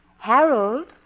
Harold